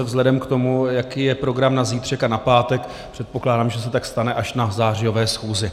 Vzhledem k tomu, jaký je program na zítřek a na pátek, předpokládám, že se tak stane až na zářijové schůzi.